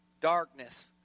darkness